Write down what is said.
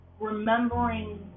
remembering